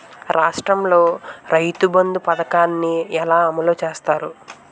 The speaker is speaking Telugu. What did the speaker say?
రాష్ట్రంలో రైతుబంధు పథకాన్ని ఎలా అమలు చేస్తారు?